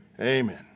amen